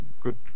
good